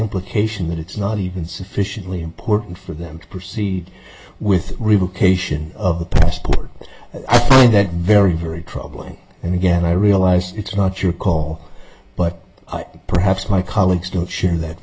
implication that it's not even sufficiently important for them to proceed with relocation of the passport and that very very troubling and again i realize it's not your call but perhaps my colleagues don't share that